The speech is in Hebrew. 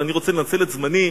אבל אני רוצה לנצל את זמני,